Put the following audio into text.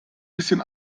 bisschen